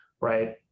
right